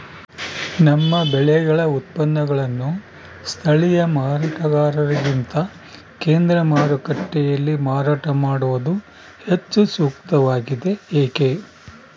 ನಮ್ಮ ಬೆಳೆಗಳ ಉತ್ಪನ್ನಗಳನ್ನು ಸ್ಥಳೇಯ ಮಾರಾಟಗಾರರಿಗಿಂತ ಕೇಂದ್ರ ಮಾರುಕಟ್ಟೆಯಲ್ಲಿ ಮಾರಾಟ ಮಾಡುವುದು ಹೆಚ್ಚು ಸೂಕ್ತವಾಗಿದೆ, ಏಕೆ?